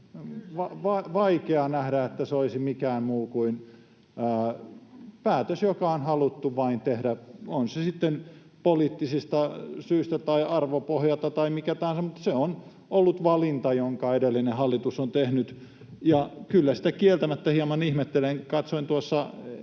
Vaikea nähdä, että se olisi mikään muu kuin päätös, joka on haluttu vain tehdä, on se sitten poliittisista syistä tai arvopohjalta tai mitä tahansa, mutta se on ollut valinta, jonka edellinen hallitus on tehnyt, ja kyllä sitä kieltämättä hieman ihmettelen. Katsoin tuossa